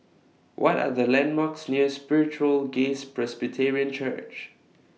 What Are The landmarks near Spiritual Grace Presbyterian Church